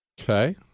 Okay